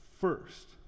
first